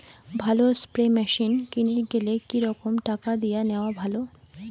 ভালো spray machine কিনির গেলে কি রকম টাকা দিয়া নেওয়া ভালো?